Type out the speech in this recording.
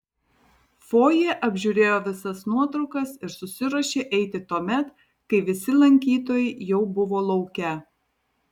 fojė apžiūrėjo visas nuotraukas ir susiruošė eiti tuomet kai visi lankytojai jau buvo lauke